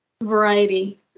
variety